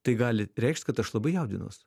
tai gali reikšt kad aš labai jaudinuos